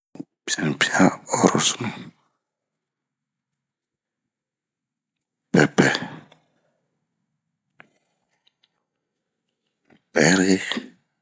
pipianorosunu ,pɛpɛ, pɛre,